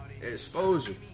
exposure